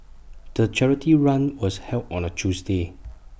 the charity run was held on A Tuesday